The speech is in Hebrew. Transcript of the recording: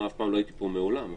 אבל